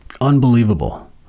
Unbelievable